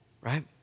right